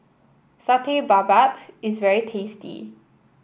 Satay Babat is very tasty